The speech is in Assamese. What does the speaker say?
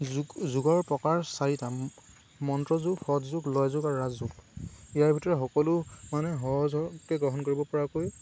যো যোগৰ প্ৰকাৰ চাৰিটা মন্ত্ৰযোগ সৎযোগ লয়যোগ আৰু ৰাজযোগ ইয়াৰ ভিতৰত সকলো মানে সহজকৈ গ্ৰহণ কৰিব পৰাকৈ